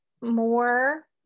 more